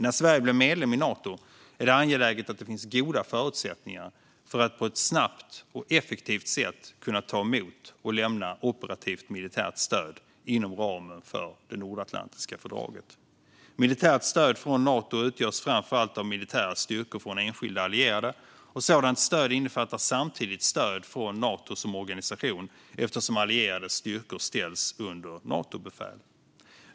När Sverige blir medlem i Nato är det angeläget att det finns goda förutsättningar för att på ett snabbt och effektivt sätt kunna ta emot och lämna operativt militärt stöd inom ramen för det nordatlantiska fördraget. Militärt stöd från Nato utgörs framför allt av militära styrkor från enskilda allierade, och sådant stöd innefattar samtidigt stöd från Nato som organisation eftersom allierades styrkor ställs under Natobefäl.